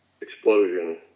explosion